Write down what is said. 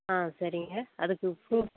ஆ சரிங்க அதுக்கு ப்ரூஃப்